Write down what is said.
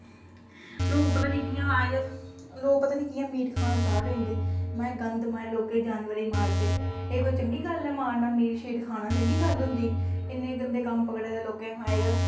लोक पता नेईं कि'यां अजकल्ल लोक पता नेईं कि'या मीट खान स्टाट होई जंदे माऐ गंद माए लोक जानवर गी मारदे एह् कोई चंगी गल्ल ऐ मारना मीट शाट खाना चंगी गल्ल होंदी इन्ने गंदे कम्म पकड़े दे लोकें माए अजकल्ल